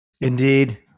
Indeed